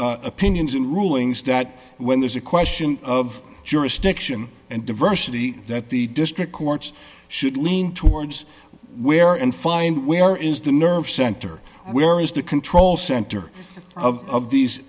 their opinions in rulings that when there's a question of jurisdiction and diversity that the district courts should lean towards where and find where is the nerve center and where is the control center of